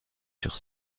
sur